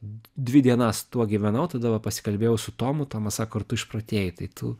dvi dienas tuo gyvenau tada va pasikalbėjau su tomu tomas sako ar tu išprotėjai tai tu